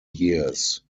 years